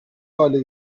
hale